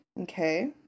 okay